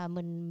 Mình